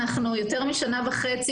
יותר משנה וחצי,